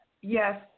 Yes